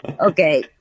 Okay